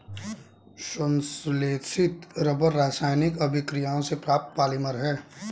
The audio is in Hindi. संश्लेषित रबर रासायनिक अभिक्रियाओं से प्राप्त पॉलिमर है